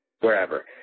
wherever